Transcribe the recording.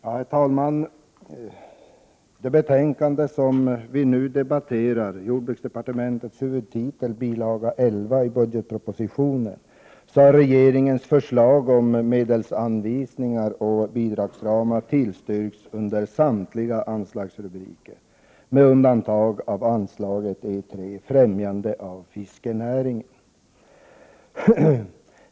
Herr talman! Det betänkande som vi nu debatterar behandlar jordbruksdepartementets huvudtitel, Bilaga 11 till budgetpropositionen. Utskottet tillstyrker regeringens förslag om medelsanvisning och bidragsramar under samtliga rubriker, med undantag för anslaget E3: Främjande av fiskenäringen.